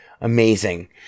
Amazing